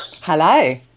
hello